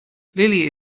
lily